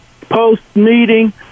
post-meeting